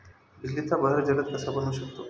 बिजलीचा बहर जलद कसा बनवू शकतो?